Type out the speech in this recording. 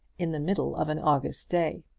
in the middle of an august day.